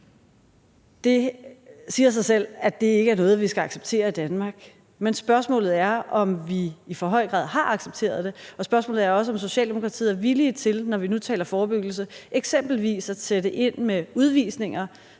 Det siger sig selv, at det ikke er noget, vi skal acceptere i Danmark, men spørgsmålet er, om vi i for høj grad har accepteret det, og spørgsmålet er også, om Socialdemokratiet er villige til – når vi nu taler om forebyggelse – eksempelvis at sætte ind med udvisninger